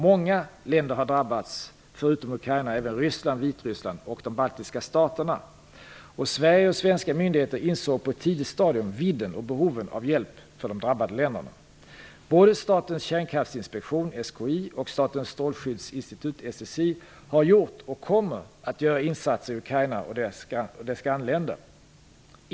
Många länder har drabbats, förutom Ukraina även Ryssland, Vitryssland och de baltiska staterna. Sverige och svenska myndigheter insåg på ett tidigt stadium vidden och behoven av hjälp för de drabbade länderna. Både Statens kärnkraftsinspektion och Statens strålskyddsinstitut har gjort och kommer att göra insatser i Ukraina och dess grannländer.